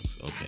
okay